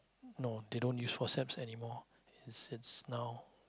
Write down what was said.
no they don't use forceps anymore it's it's now